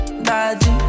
daddy